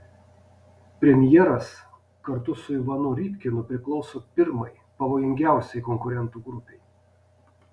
premjeras kartu su ivanu rybkinu priklauso pirmai pavojingiausiai konkurentų grupei